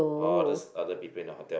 others other people in hotel